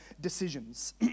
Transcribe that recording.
decisions